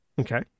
Okay